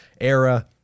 era